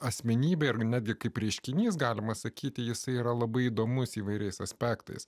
asmenybė ir netgi kaip reiškinys galima sakyti jisai yra labai įdomus įvairiais aspektais